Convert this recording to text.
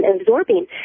absorbing